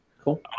Cool